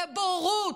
לבורות,